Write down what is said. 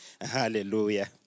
Hallelujah